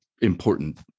important